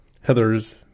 Heather's